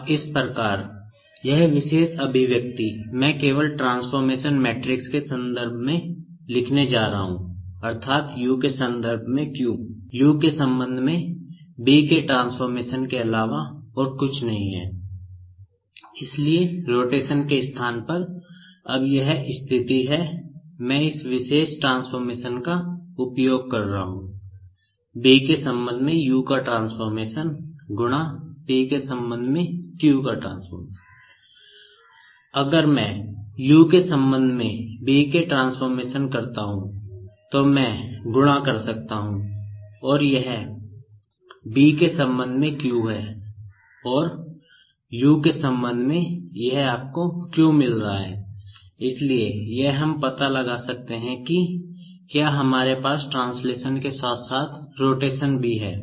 अब इस प्रकार यह विशेष अभिव्यक्ति मैं केवल ट्रांसफॉर्मेशन मैट्रिक्स भी है